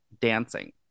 dancing